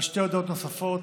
שתי הודעות נוספות.